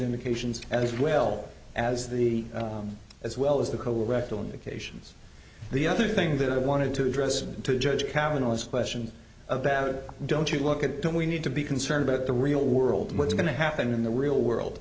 indications as well as the as well as the cole rectal indications the other thing that i wanted to address the judge capitalist question about don't you look at don't we need to be concerned but the real world what's going to happen in the real world